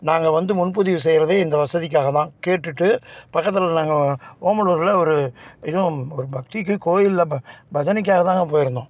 நாங்கள் வந்து முன்பதிவு செய்கிறதே இந்த வசதிக்காக தான் கேட்டுகிட்டு பக்கத்தில் நாங்கள் ஓமலூரில் ஒரு இதுவும் ஒரு பக்திக்கு கோயிலில் ப பஜனைக்காக தாங்க போயிருந்தோம்